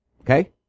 Okay